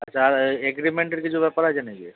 আচ্ছা আর এগ্রিমেন্টের কিছু ব্যাপার আছে নাকি